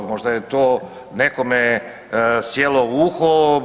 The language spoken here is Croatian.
Možda je to nekome sjelo u uho.